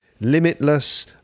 Limitless